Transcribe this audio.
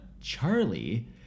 CHARLIE